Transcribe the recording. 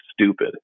stupid